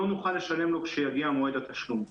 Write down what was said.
לא נוכל לשלם לו כשיגיע מועד התשלום.